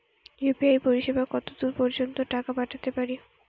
UPI পরিসেবা কতদূর পর্জন্ত টাকা পাঠাতে পারি?